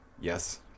Yes